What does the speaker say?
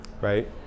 Right